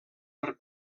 per